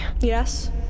Yes